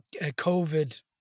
COVID